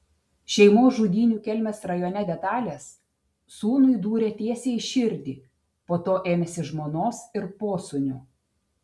šeimos žudynių kelmės rajone detalės sūnui dūrė tiesiai į širdį po to ėmėsi žmonos ir posūnio